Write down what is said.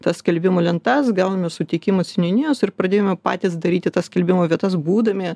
tas skelbimų lentas gauname sutikimą seniūnijos ir pradėjome patys daryti tas skelbimų vietas būdami